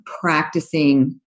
practicing